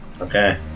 Okay